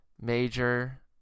major